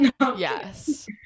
Yes